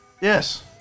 Yes